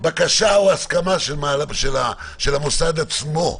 בקשה או הסכמה של המוסד עצמו.